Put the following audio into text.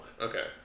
Okay